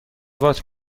وات